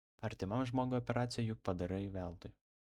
artimam žmogui operaciją juk padarai veltui